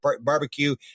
barbecue